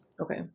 Okay